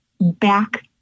back